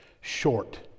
short